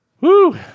Woo